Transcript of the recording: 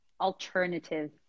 alternative